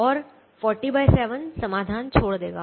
और 407 समाधान छोड़ देगा